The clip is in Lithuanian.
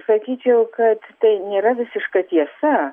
sakyčiau kad tai nėra visiška tiesa